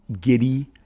giddy